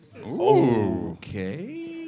Okay